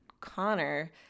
Connor